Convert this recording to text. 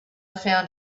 found